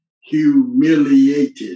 humiliated